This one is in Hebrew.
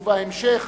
ובהמשך